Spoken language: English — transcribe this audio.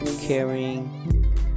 caring